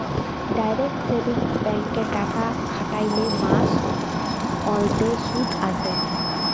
direct savings ব্যাংকে টাকা খ্যাটাইলে মাস অল্তে সুদ আসে